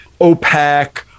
OPEC